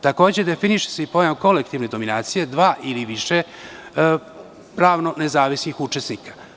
Takođe, definiše se i pojam kolektivne dominacije dva ili više pravno nezavisnih učesnika.